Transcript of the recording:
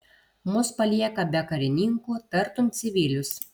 mus palieka be karininkų tartum civilius